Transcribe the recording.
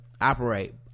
operate